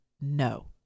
No